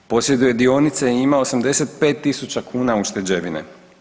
Posjeduje dionice i ima 85.000 kuna ušteđevine.